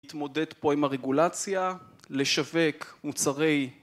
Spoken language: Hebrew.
להתמודד פה עם הרגולציה, לשווק מוצרי.